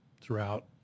throughout